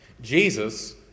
Jesus